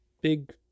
big